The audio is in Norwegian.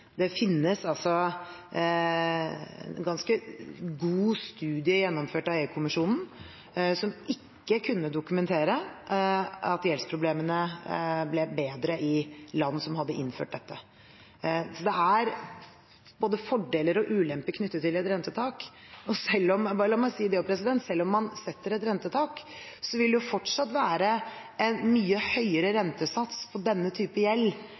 Det finnes en ganske god studie gjennomført av EU-kommisjonen som ikke kunne dokumentere at gjeldsproblemene ble bedre i land som hadde innført dette. Så det er både fordeler og ulemper knyttet til et rentetak, og – bare la meg si det – selv om man setter et rentetak, vil det fortsatt være en mye høyere rentesats på denne type gjeld